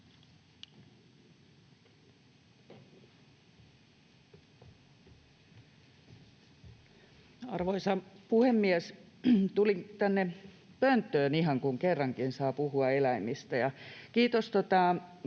Arvoisa puhemies! Tulin ihan tänne pönttöön, kun kerrankin saa puhua eläimistä. — Kiitos